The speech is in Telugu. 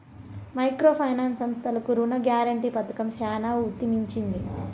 మైక్రో ఫైనాన్స్ సంస్థలకు రుణ గ్యారంటీ పథకం చానా ఊతమిచ్చింది